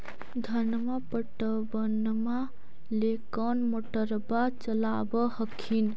धनमा पटबनमा ले कौन मोटरबा चलाबा हखिन?